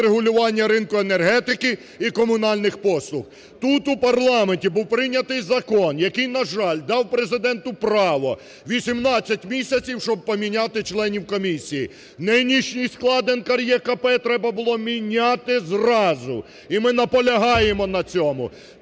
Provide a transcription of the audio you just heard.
регулювання ринку енергетики і комунальних послуг. Тут в парламенті був прийнятий закон, який, на жаль, дав Президенту право 18 місяців, щоб поміняти членів комісії. Нинішній склад НКРЕКП треба було міняти зразу і наполягаємо на цьому.